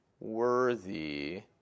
worthy